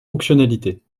fonctionnalité